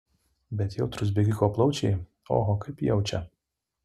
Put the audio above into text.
bet jautrūs bėgiko plaučiai oho kaip jaučia